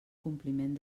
compliment